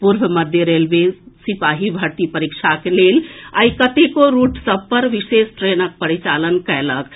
पूर्व मध्य रेलवे सिपाही भर्ती परीक्षा के लेल आइ कतेको रूट सभ पर विशेष ट्रेन परिचालन कयलक अछि